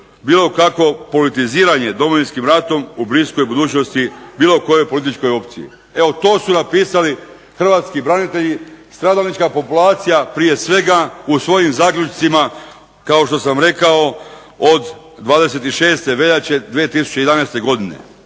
bilo kakvo politiziranje Domovinskim ratom u bliskoj budućnosti u bilo kojoj političkoj opciji". Evo to su napisali hrvatski branitelji, stradalnička populacija prije svega u svojim zaključcima kao što sam rekao od 26. veljače 2011. godine.